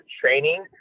training